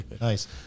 nice